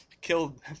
killed